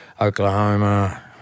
Oklahoma